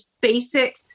basic